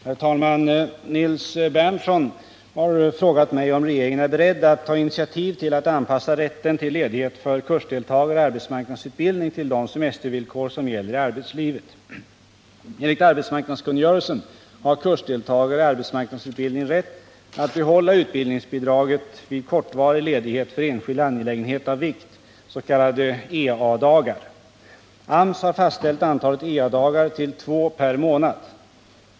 Herr talman! Nils Berndtson har frågat mig om regeringen är beredd att ta initiativ till att anpassa rätten till ledighet för kursdeltagare i arbetsmarknadsutbildning till de semestervillkor som gäller i arbetslivet. Enligt arbetsmarknadskungörelsen har kursdeltagare i arbetsmarknadsutbildning rätt att behålla utbildningsbidraget vid kortvarig ledighet för enskild angelägenhet av vikt . AMS har fastställt antalet ea-dagar till två per månad.